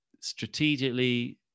strategically